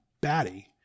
batty